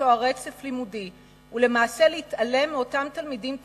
לקטוע רצף לימודי ולמעשה להתעלם מאותם תלמידים טובים,